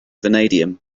vanadium